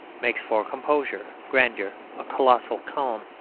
makes for composure, grandeur, a colossal calm,